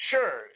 Sure